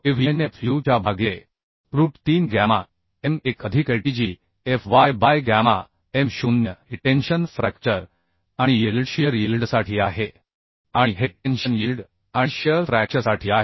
9AVNFu च्या भागिले root 3 gamma m 1 अधिकATG Fy बाय गॅमा m0 हे टेन्शन फ्रॅक्चर आणि यील्ड शियर यील्डसाठी आहे आणि हे टेन्शन यील्ड आणि शियर फ्रॅक्चरसाठी आहे